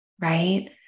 Right